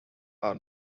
are